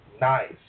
Nice